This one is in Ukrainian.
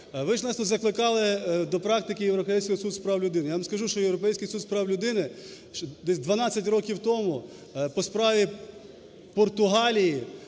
Ви ж нас тут закликали до практики Європейського суду з прав людини. Я вам скажу, що Європейський суд з прав людини десь 12 років тому по справі Португалії